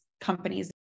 companies